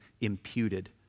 imputed